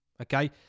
Okay